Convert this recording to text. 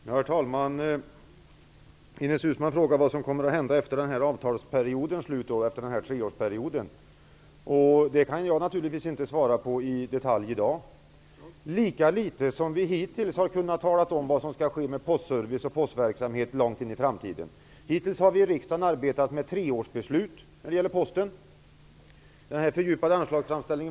Herr talman! Ines Uusmann frågar vad som kommer att hända efter den treåriga avtalsperiodens slut. Det kan jag naturligtvis inte svara på i detalj i dag -- lika litet som vi hittills har kunnat tala om vad som skall ske med postservice och postverksamhet långt in i framtiden. Hittills har vi arbetat med treårsbeslut när det gäller Posten i riksdagen.